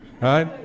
right